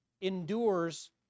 endures